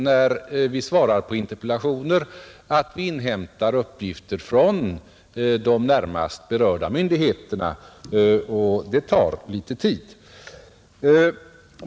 När vi svarar på interpellationer inhämtar vi alltid uppgifter från de berörda myndigheterna, och det tar litet tid.